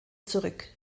zurück